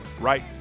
right